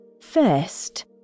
First